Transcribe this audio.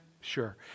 Sure